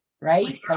right